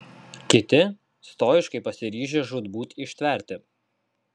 kiti stoiškai pasiryžę žūtbūt ištverti